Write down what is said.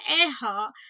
Earhart